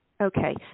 Okay